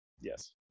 Yes